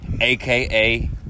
aka